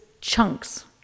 chunks